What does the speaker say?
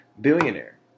billionaire